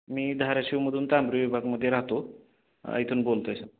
मी धाराशिवमदून तांबरी विभागमध्ये राहतो इथून बोलतो आहे सर